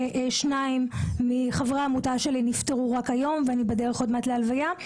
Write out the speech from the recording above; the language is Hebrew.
שניים מחברי העמותה שלי נפטרו ואני בדרך להלוויה.